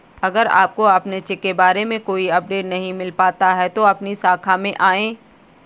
अगर आपको अपने चेक के बारे में कोई अपडेट नहीं मिल पाता है तो अपनी शाखा में आएं